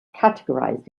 categorized